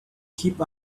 keep